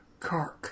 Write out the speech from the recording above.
Kark